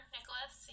Nicholas